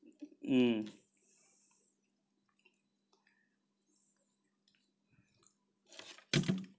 mm